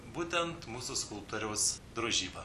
būtent mūsų skulptoriaus drožyba